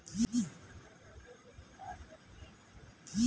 RTGS करासाठी IFSC code असनं जरुरीच हाय का?